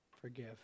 forgive